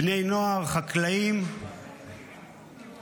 בני נוער, חקלאים ועוד.